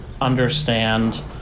understand